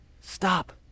stop